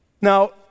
Now